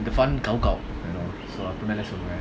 fun you know so அப்படித்தானேசொல்வேன்:apadithane solven